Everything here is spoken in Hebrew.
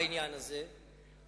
בעניין הזה,